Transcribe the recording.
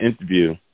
interview